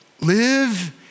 Live